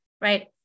right